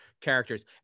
characters